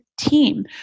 team